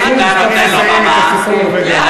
חבר הכנסת פריג'